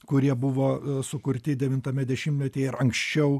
kurie buvo sukurti devintame dešimtmetyje ar anksčiau